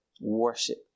worship